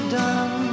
done